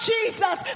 Jesus